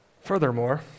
Furthermore